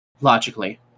logically